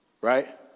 right